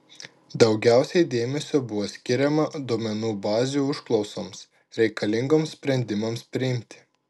daugiausiai dėmesio buvo skiriama duomenų bazių užklausoms reikalingoms sprendimams priimti